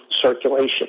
circulation